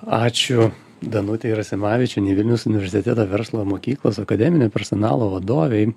ačiū danutei rasimavičienei vilniaus universiteto verslo mokyklos akademinio personalo vadovei